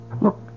Look